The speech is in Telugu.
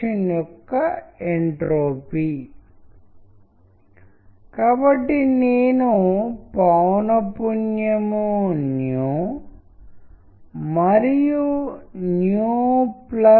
ఇప్పుడు టెక్స్ట్లు వాటి బిహేవియర్ ద్వారా పాఠాల ద్వారా కూడా అర్థాన్ని తెలియజేయగలవు